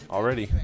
Already